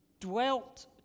dwelt